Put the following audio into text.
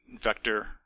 vector